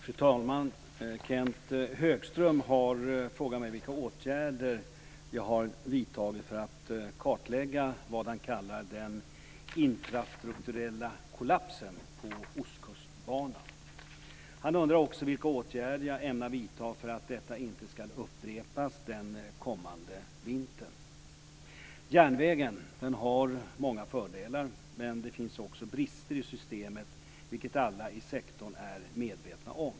Fru talman! Kenth Högström har frågat mig vilka åtgärder jag har vidtagit för att kartlägga vad han kallar "den infrastrukturella kollapsen" på Ostkustbanan. Han undrar också vilka åtgärder jag ämnar vidta för att detta inte ska upprepas den kommande vintern. Järnvägen har många fördelar, men det finns också brister i systemet, vilket alla i sektorn är medvetna om.